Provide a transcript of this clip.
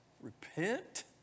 Repent